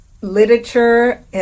literature